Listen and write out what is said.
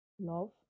love